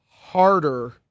harder